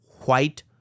white